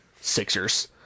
Sixers